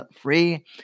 free